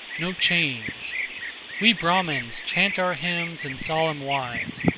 no change we brahmans chant our hymns in solemn wise,